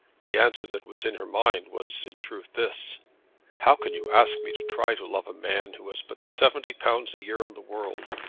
the answer that was in her mind was in truth this how can you ask me to try to love a man who has but seventy pounds a year in the world,